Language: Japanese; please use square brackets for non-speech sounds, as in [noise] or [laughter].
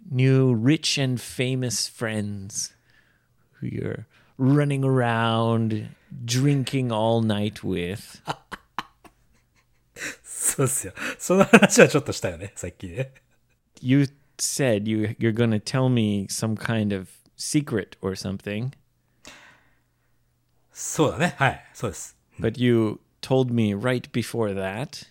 new rich and famous friends who you're running around drinking all night with. [laughs] そうっすよ。その話はちょっとしたよね、さっきね。You said you- you're gonna tell me some kind of secret or something.そうだね。はい。そうです。うん。But you told me right before that.